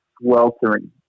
sweltering